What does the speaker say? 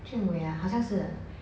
jun wei ah 好像是啊